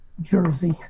jersey